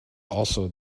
also